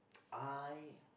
I